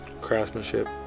craftsmanship